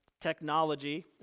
technology